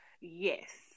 Yes